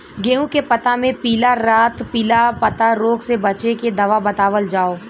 गेहूँ के पता मे पिला रातपिला पतारोग से बचें के दवा बतावल जाव?